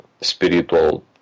spiritual